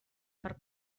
per